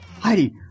Heidi